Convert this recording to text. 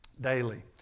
Daily